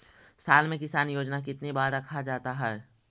साल में किसान योजना कितनी बार रखा जाता है?